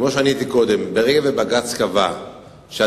כמו שעניתי קודם: ברגע שבג"ץ קבע שהדרך